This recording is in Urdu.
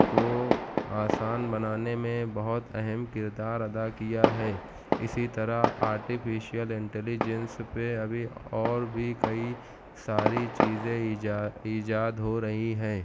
کو آسان بنانے میں بہت اہم کردار ادا کیا ہے اسی طرح آرٹیفیشئل انٹلیجنس پہ ابھی اور بھی کئی ساری چیزیں ایجا ایجاد ہو رہی ہیں